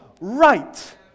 right